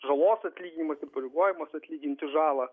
žalos atlyginimas įpareigojimas atlyginti žalą